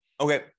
Okay